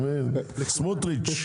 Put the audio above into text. סמוטריץ'.